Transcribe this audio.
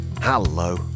Hello